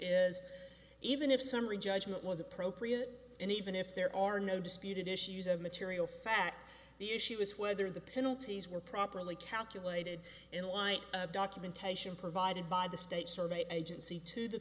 is even if summary judgment was appropriate and even if there are no disputed issues of material fact the issue is whether the penalties were properly calculated in light of documentation provided by the state so that agency to the